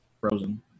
frozen